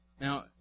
Now